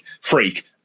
freak